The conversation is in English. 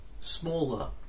smaller